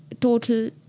total